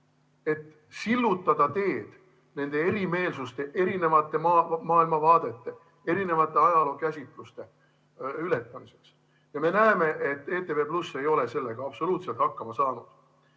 et sillutada teed nende erimeelsuste, erinevate maailmavaadete ja erinevate ajalookäsitluste ületamiseks. Me näeme, et ETV+ ei ole sellega absoluutselt hakkama saanud. Ma